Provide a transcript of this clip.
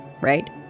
right